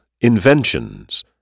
Inventions